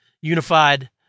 Unified